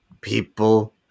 people